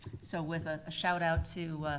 so with a shoutout to,